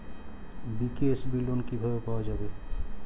BKSB loan কিভাবে পাওয়া যাবে?